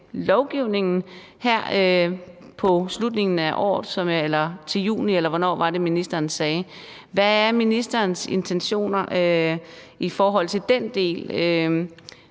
Hvad er ministerens intentioner i forhold til den del?